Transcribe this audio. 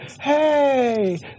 hey